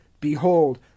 Behold